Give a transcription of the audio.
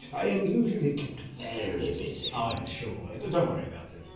i'm usually kept very busy. i'm sure! and don't worry about it!